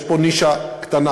יש פה נישה קטנה.